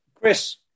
Chris